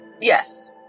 Yes